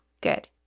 Good